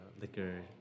liquor